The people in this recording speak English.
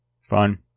Fun